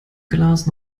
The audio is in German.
glas